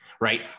right